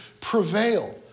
prevail